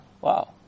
Wow